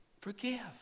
forgive